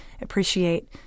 appreciate